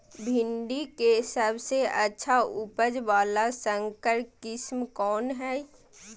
भिंडी के सबसे अच्छा उपज वाला संकर किस्म कौन है?